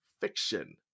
Fiction